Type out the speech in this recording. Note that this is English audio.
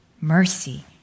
mercy